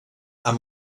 amb